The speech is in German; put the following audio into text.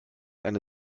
eine